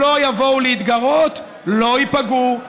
לא יבואו להתגרות, לא ייפגעו.